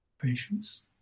Patience